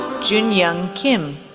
joonyoung kim,